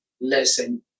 listen